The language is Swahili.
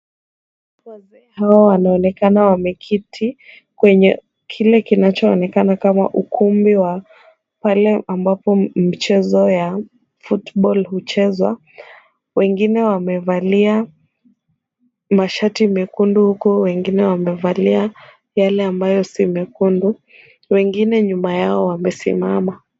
Wazee wanaonekana wameketi kwenye kile kinachoonekana kama ukumbi wa pale ambapo michezo ya football[cs ]huchezwa, wengine wamevalia mashati mekundu huku wengine wamevalia yale ambayo si mekundu. Wengine nyuma yao wamesimama.